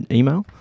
email